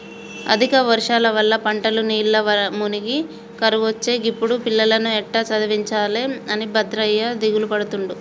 అధిక వర్షాల వల్ల పంటలు నీళ్లల్ల మునిగి కరువొచ్చే గిప్పుడు పిల్లలను ఎట్టా చదివించాలె అని భద్రయ్య దిగులుపడుతుండు